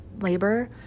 labor